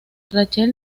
rachel